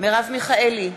מרב מיכאלי,